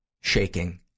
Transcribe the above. shaking